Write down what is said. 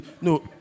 No